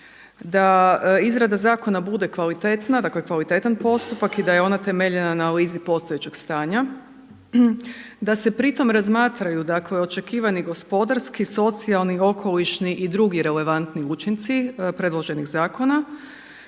da izrada zakona bude kvalitetna, dakle kvalitetan postupak i da je ona temeljena na analizi postojećeg stanja. Da se pri tome razmatraju dakle očekivani gospodarski, socijalni, okolišni i drugi relevantni učinci predloženih zakona.